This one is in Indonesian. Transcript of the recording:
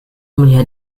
melihat